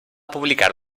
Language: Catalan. publicar